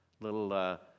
little